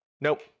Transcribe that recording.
Nope